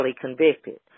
convicted